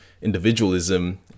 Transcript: individualism